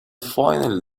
finally